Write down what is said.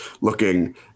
looking